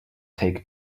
take